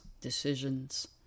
decisions